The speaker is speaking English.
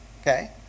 Okay